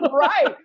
Right